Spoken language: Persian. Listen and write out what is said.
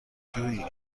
جویی